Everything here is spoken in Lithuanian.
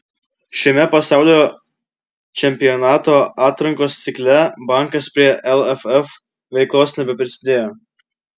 šiame pasaulio čempionato atrankos cikle bankas prie lff veiklos nebeprisidėjo